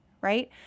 right